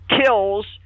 kills